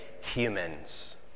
humans